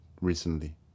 recently